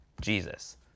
Jesus